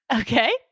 Okay